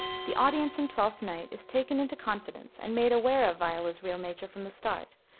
the audience in twelfth night is taken into confidence and made aware of viola's real nature from the start,